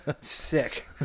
sick